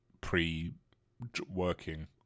pre-working